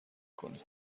کنید